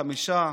חמישה?